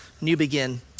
Newbegin